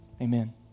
Amen